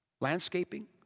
landscaping